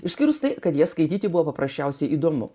išskyrus tai kad jas skaityti buvo paprasčiausiai įdomu